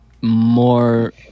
more